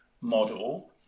model